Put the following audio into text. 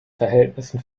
verhältnissen